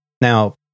Now